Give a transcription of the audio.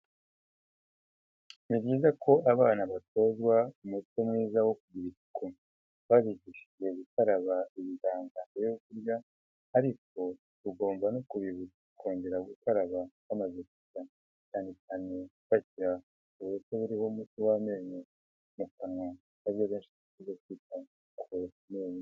Ni byiza ko abana batozwa umuco mwiza wo kugira isuku babigishije gukaraba ibiganza mbere yo kurya ariko bagomba no kubibutsa kongera gukaraba bamaze kurya, cyane cyane bagasukurisha uburoso buriho umuti w'amenyo mu kanwa mu gihe bagikura.